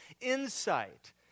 insight